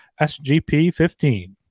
SGP15